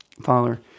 Father